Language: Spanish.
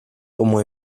como